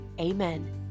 amen